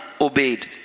obeyed